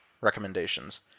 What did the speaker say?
recommendations